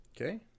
Okay